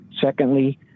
Secondly